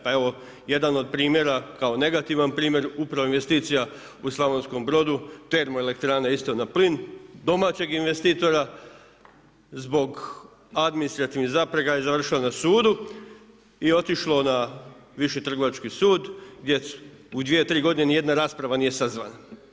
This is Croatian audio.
Pa evo, jedan od primjera, kao negativan primjer upravo investicija u Slavonskom Brodu, termoelektrana isto na plin domaćeg investitora zbog administrativnih zapreka je završila na sudu i otišlo na viši trgovački sud gdje u 2, 3 godine ni jedna rasprava nije sazvana.